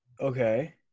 Okay